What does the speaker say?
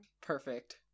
Perfect